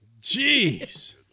Jeez